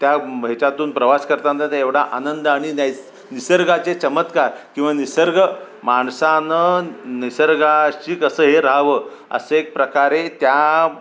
त्या याच्यातून प्रवास करताना ते एवढा आनंद आणि निसर्गाचे चमत्कार किंवा निसर्ग माणसानं निसर्गाशी कसं हे राहावं असे एक प्रकारे त्या